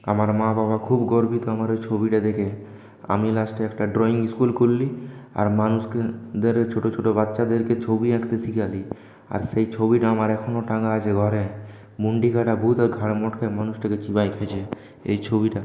আমার মা বাবা খুব গর্বিত আমার ওই ছবিটা দেখে আমি লাস্টে একটা ড্রয়িং স্কুল খুললাম আর মানুষকে দের ছোট ছোট বাচ্চাদেরকে ছবি আঁকতে শেখালাম আর সেই ছবিটা আমার এখনও টাঙানো আছে ঘরে মুণ্ডকাটা ভূত ঘাড় মটকে মানুষটাকে চিবিয়ে খেয়েছে এই ছবিটা